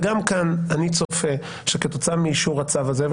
וגם כאן אני צופה שכתוצאה מאישור הצו הזה,